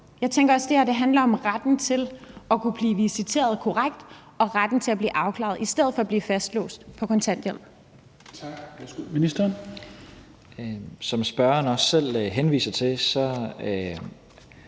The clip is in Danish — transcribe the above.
Jeg tænker også, at det her handler om retten til at blive visiteret korrekt og retten til at få en afklaring i stedet for at blive fastlåst på kontanthjælp. Kl. 11:27 Fjerde næstformand (Rasmus Helveg Petersen):